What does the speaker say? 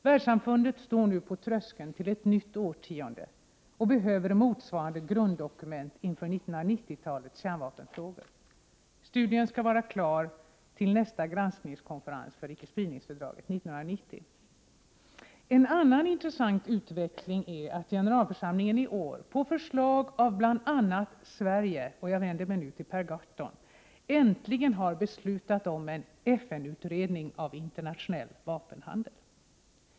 Världssamfundet står nu på tröskeln till ett nytt årtionde och behöver motsvarande grunddokument inför 1990-talets kärnvapenfrågor. Studien skall vara klar i tid till nästa granskningskonferens för icke-spridningsfördraget 1990. En annan intressant utveckling är att generalförsamlingen i år på förslag av bl.a. Sverige, och jag vänder mig nu till Per Gahrton, äntligen beslutat om en FN-utredning av internationell vapenhandel.